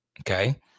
okay